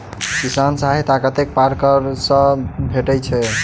किसान सहायता कतेक पारकर सऽ भेटय छै?